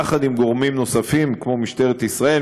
יחד עם גורמים נוספים כמו משטרת ישראל,